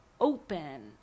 open